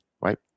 right